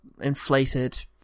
inflated